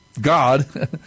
god